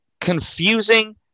confusing